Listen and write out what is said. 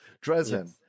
Dresden